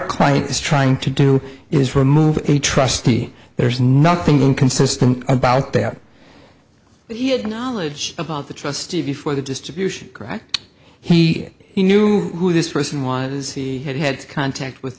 clients trying to do is remove a trustee there's nothing inconsistent about their he had knowledge about the trustee before the distribution rights he knew who this person was he had had contact with